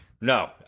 No